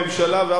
אתם בממשלה,